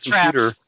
computer